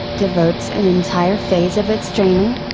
devotes an entire phase of its training,